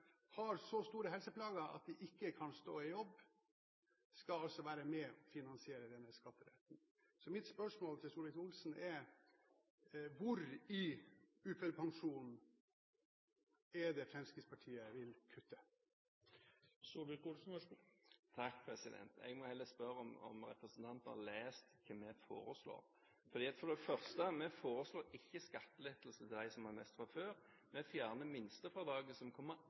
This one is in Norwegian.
har så store helseplager at de ikke kan stå i jobb, skal altså være med og finansiere denne skatteletten. Mitt spørsmål til Solvik-Olsen er: Hvor i uførepensjonen er det Fremskrittspartiet vil kutte? Jeg må spørre om representanten har lest hva vi foreslår. For det første: Vi foreslår ikke skattelettelse til dem som har mest fra før. Vi fjerner minstefradraget, som kommer